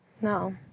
No